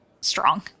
strong